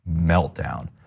meltdown